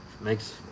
Makes